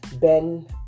Ben